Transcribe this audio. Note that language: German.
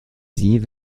sie